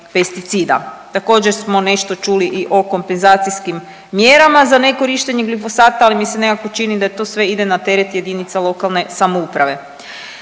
Također smo nešto čuli i o kompenzacijskim mjerama za nekorištenje glisosata, ali mi se nekako čini da to sve ide na teret jedinica lokalne samouprave.